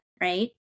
right